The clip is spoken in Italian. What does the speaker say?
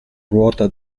ruota